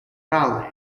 phalanx